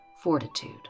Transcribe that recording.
fortitude